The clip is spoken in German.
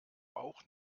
auch